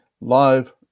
live